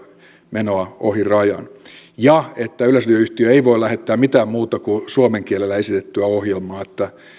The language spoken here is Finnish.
menoa ohi rajan ja että yleisradioyhtiö ei voi lähettää mitään muuta kuin suomen kielellä esitettyä ohjelmaa että